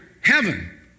heaven